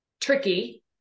tricky